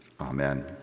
Amen